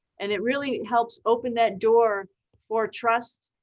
and it really helps open that door for trust,